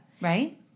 Right